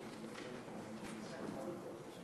תודה.